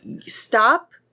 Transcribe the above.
stop